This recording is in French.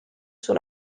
sur